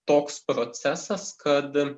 toks procesas kad